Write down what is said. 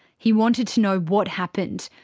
he wanted to know what happened,